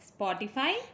Spotify